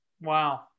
Wow